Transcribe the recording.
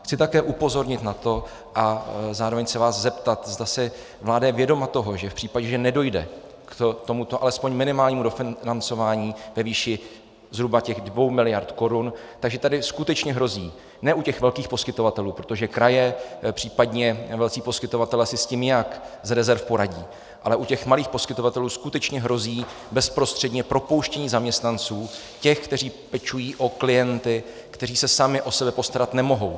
Chci také upozornit na to a zároveň se vás zeptat, zda si vláda je vědoma toho, že v případě, že nedojde k tomuto alespoň minimálnímu dofinancování ve výši zhruba těch 2 miliard korun, že tady skutečně hrozí ne u těch velkých poskytovatelů, protože kraje, případně velcí poskytovatelé si s tím nějak z rezerv poradí, ale u těch malých poskytovatelů skutečně hrozí bezprostředně propouštění zaměstnanců, těch, kteří pečují o klienty, kteří se sami o sebe postarat nemohou.